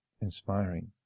inspiring